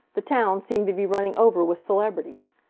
the town seemed to be running over with celebrities.